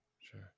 sure